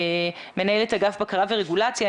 מנהלת אגף בקרה ורגולציה.